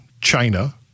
China